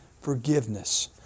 forgiveness